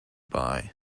buy